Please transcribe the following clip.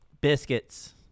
Biscuits